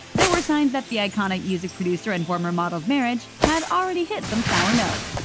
there were signs that the iconic music producer and former model's marriage had already hit some sour notes.